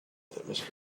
that